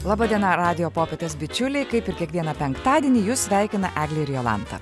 laba diena radijo popietės bičiuliai kaip ir kiekvieną penktadienį jus sveikina eglė ir jolanta